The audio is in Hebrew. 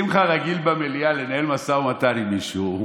שמחה רגיל במליאה לנהל משא ומתן עם מישהו.